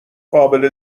قابل